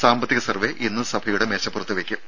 സാമ്പത്തിക സർവ്വെ ഇന്ന് സഭയുടെ മേശപ്പുറത്ത് വെയ്ക്കും